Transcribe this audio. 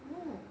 oh